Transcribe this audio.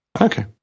Okay